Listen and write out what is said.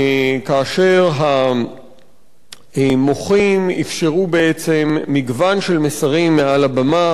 כאשר המוחים אפשרו בעצם מגוון של מסרים מעל הבמה